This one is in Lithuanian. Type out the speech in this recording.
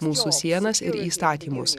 mūsų sienas ir įstatymus